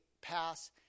pass